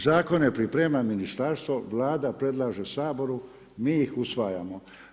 Zakone priprema ministarstvo, Vlada predlaže Saboru, mi ih usvajamo.